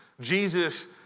Jesus